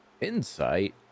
Insight